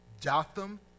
Jotham